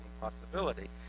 possibility